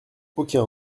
aucun